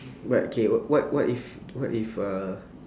but okay what if what if a